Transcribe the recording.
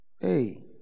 hey